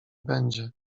będzie